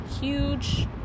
huge